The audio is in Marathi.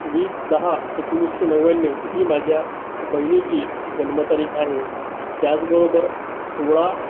वीस दहा एकोणीसशे नव्याण्णव ही माझ्या बहिणीची जन्मतारीख आहे त्याचबरोबर सोळा